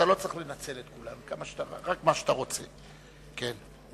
אתה לא צריך לנצל את כולן, רק מה שאתה רוצה, כמה